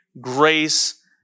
grace